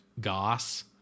goss